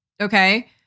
okay